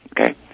okay